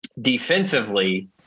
defensively